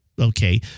Okay